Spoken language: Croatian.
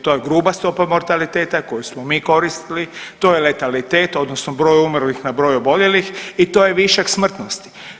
To je gruba stopa mortaliteta koju smo mi koristili, to je letalitet odnosno broj umrlih na broj oboljelih i to je višak smrtnosti.